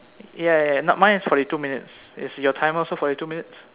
ya ya ya not mine is forty two minutes is your timer also forty two minutes